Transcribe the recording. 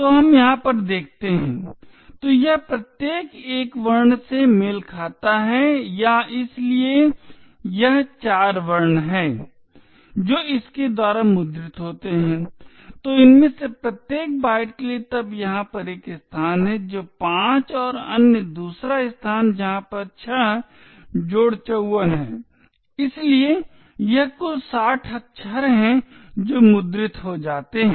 तो हम यहाँ पर देखते हैं तो यह प्रत्येक a एक वर्ण से मेल खाता है या इसलिए यह 4 वर्ण हैं जो इसके द्वारा मुद्रित होते हैं तो इनमें से प्रत्येक बाइट के लिए तब यहाँ पर एक स्थान है तो पाँच और अन्य दूसरा स्थान यहाँ पर छः जोड़ 54 है इसलिए यह कुल साठ अक्षर हैं जो मुद्रित हो जाते हैं